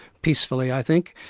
peacefully i think,